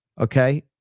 Okay